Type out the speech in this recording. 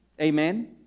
Amen